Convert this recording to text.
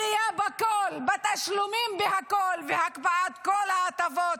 עלייה בכול, בתשלומים, בכול, הקפאת כל ההטבות,